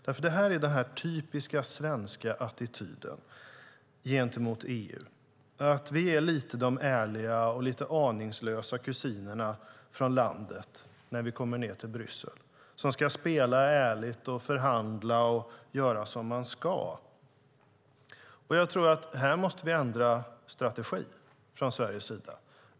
Det är dock den typiskt svenska attityden gentemot EU: Vi är lite de ärliga och aningslösa kusinerna från landet när vi kommer ned till Bryssel. Vi ska spela ärligt, förhandla och göra som man ska. Här tror jag att vi måste ändra strategi från Sveriges sida.